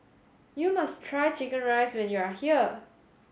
you must try chicken rice when you are here